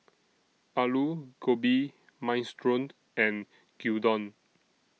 Alu Gobi Minestrone and Gyudon